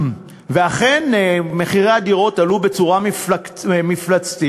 ואכן, מחירי הדירות עלו בצורה מפלצתית,